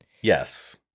Yes